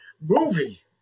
movie